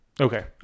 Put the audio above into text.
Okay